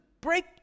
break